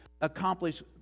accomplish